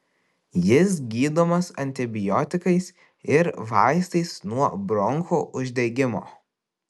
jis gydomas antibiotikais ir vaistais nuo bronchų uždegimo